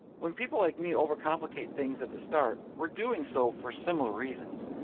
when people like me overcomplicate things at the start, we're doing so for similar reasons.